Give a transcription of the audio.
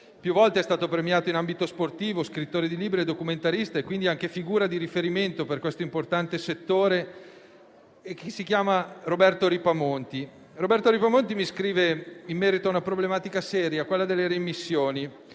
più volte è stato premiato in ambito sportivo, è scrittore di libri e documentarista e quindi anche figura di riferimento per questo importante settore. Si chiama Roberto Ripamonti e mi scrive in merito a una problematica seria, quella delle reimmissioni: